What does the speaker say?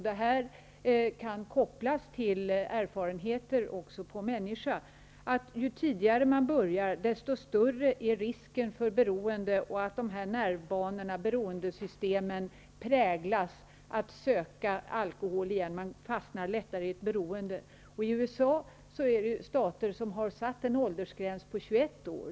Det kan kopplas till erfarenheter också på människa: Ju tidigare man börjar, desto större är risken för beroende, risken att de här nervbanorna -- beroendesystemen -- präglas att söka alkohol igen; man fastnar lättare i ett beroende. I USA finns det stater som har satt en åldersgräns på 21 år.